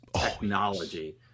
technology